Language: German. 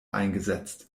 eingesetzt